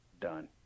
done